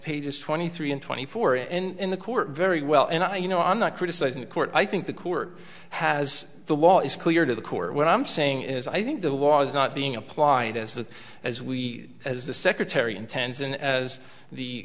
pages twenty three and twenty four and the court very well and i you know i'm not criticizing the court i think the court has the law is clear to the court what i'm saying is i think the law is not being applied as the as we as the secretary intends and as the